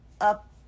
up